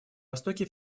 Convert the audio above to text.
востоке